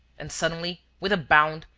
and, suddenly, with a bound,